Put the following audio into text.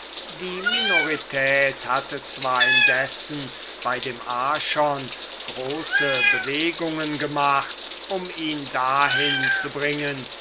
die minorität hatte zwar indessen bei dem archon große bewegungen gemacht um ihn dahin zu bringen